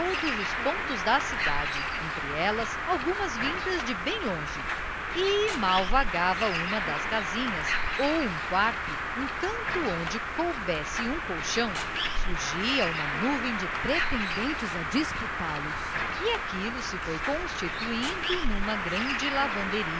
todos os pontos da cidade entre elas algumas vindas de bem longe e mal vagava uma das casinhas ou um quarto um canto onde coubesse um colchão surgia uma nuvem de pretendentes a disputá los e aquilo se foi constituindo numa grande lavanderia